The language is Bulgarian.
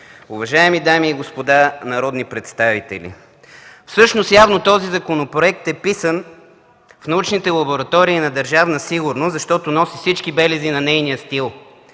Уважаеми дами и господа народни представители! Всъщност явно този законопроект е писан в научните лаборатории на Държавна сигурност, защото носи всички белези на нейния стил,